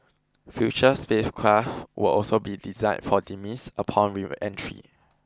future spacecraft will also be designed for demise upon reentry